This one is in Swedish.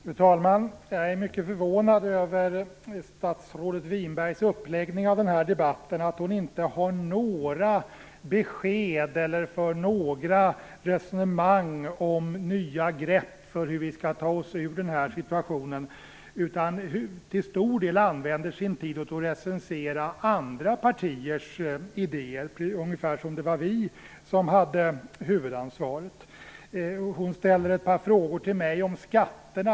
Fru talman! Jag är mycket förvånad över statsrådet Winbergs uppläggning av debatten. Hon ger inte några besked och hon för inte några resonemang om nya grepp för hur vi skall ta oss ur den här situationen. Till stor del använder hon i stället sin tid till att recensera andra partiers idéer, ungefär som om det var de som hade huvudansvaret. Hon ställer ett par frågor till mig om skatterna.